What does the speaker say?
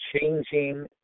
changing